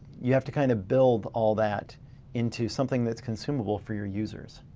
you have to kind of build all that into something that's consumable for your users.